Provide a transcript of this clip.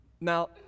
Now